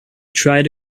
tried